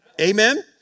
Amen